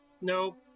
Nope